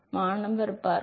மாணவர் ஆம்